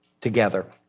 together